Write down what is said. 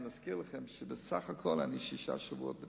אני מזכיר לכם שבסך הכול אני שישה שבועות בתפקיד.